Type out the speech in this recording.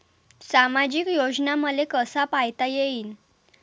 सामाजिक योजना मले कसा पायता येईन?